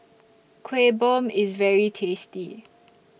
Kueh Bom IS very tasty